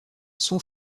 son